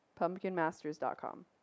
pumpkinmasters.com